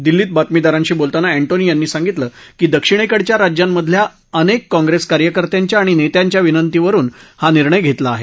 दिल्लीत बातमीदारांशी बोलताना एन्टोनी यांनी सांगितलं की दक्षिणेकडच्या राज्यांमधल्या अनेक काँगेस कार्यकर्त्याच्या आणि नेत्यांच्या विनंतीवरुन हा निर्णय घेतला आहे